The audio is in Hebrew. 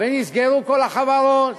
ונסגרו כל החברות,